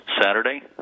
Saturday